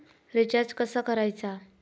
Recharge कसा करायचा?